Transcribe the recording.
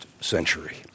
century